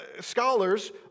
scholars